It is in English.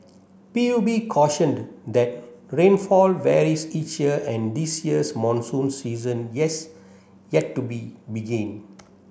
P U B cautioned that rainfall varies each year and this year's monsoon season yes yet to be begin